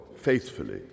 faithfully